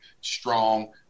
strong